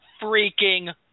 freaking